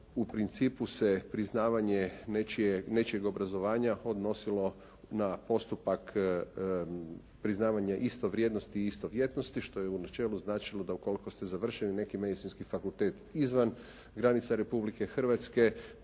U principu se priznavanje nečijeg obrazovanja odnosilo na postupak priznavanja istovrijednosti i istovjetnosti što je u načelu značilo da ukoliko ste završili neki Medicinski fakultet izvan granica Republike Hrvatske